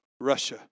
Russia